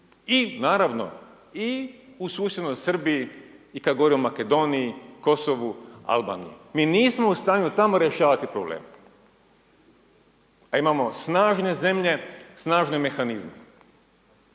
i naravno i u susjednoj Srbiji i kada govorimo o Makedoniji, Kosovu, Albaniji. Mi nismo u stanju tamo rješavati probleme. A imamo snažne zemlje, snažne mehanizme.